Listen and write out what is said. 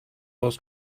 was